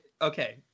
okay